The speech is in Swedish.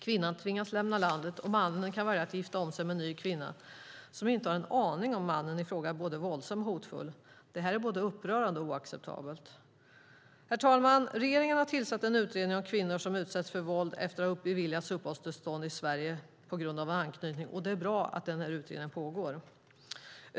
Kvinnan tvingas lämna landet, och mannen kan välja att gifta om sig med en ny kvinna som inte har en aning om att mannen i fråga är både våldsam och hotfull. Det här är både upprörande och oacceptabelt! Herr talman! Regeringen har tillsatt en utredning om kvinnor som utsätts för våld efter att de beviljats uppehållstillstånd i Sverige på grund av anknytning. Det är bra att denna utredning pågår.